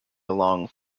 along